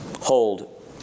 hold